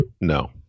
No